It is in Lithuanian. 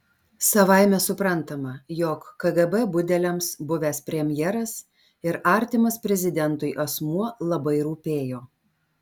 savaime suprantama jog kgb budeliams buvęs premjeras ir artimas prezidentui asmuo labai rūpėjo